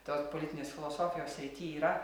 tos politinės filosofijos srity yra